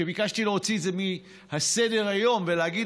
ביקשתי להוציא את זה מסדר-היום ולהגיד